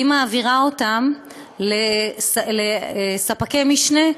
והיא מעבירה אותן לספקי משנה,